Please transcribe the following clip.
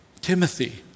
Timothy